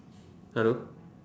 hello